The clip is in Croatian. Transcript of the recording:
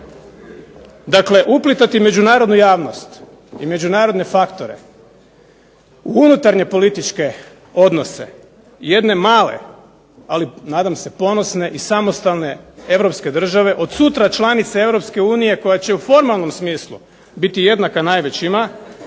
Dakle, uplitati međunarodnu javnost i međunarodne faktore u unutarnje političke odnose jedne male, ali nadam se ponosne i samostalne europske države, od sutra članice EU koja će u formalnom smislu biti jednaka najvećima,